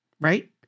right